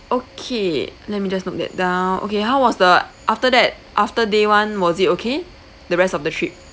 okay let me just note that down okay how was the after that after day one was it okay the rest of the trip